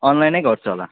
अनलाइनै गर्छु होला